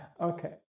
okay